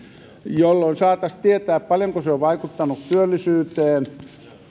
jolloin saataisiin tietää paljonko se on vaikuttanut työllisyyteen